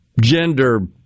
gender